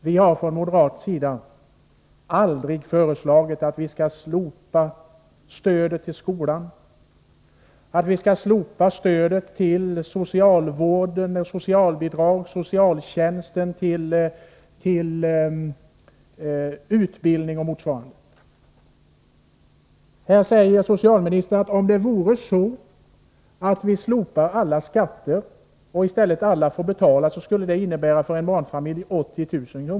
Vi har från moderat sida aldrig föreslagit att man skall slopa stödet till skolan, att man skall slopa stödet till socialvården, med dess socialbidrag, att man skall slopa stödet till socialtjänsten eller till utbildning och motsvarande saker. Socialministern säger att om vi slopade samtliga skatter och alla i stället fick betala för barnomsorgen skulle det för en barnfamilj innebära en utgift på 80 000 kr.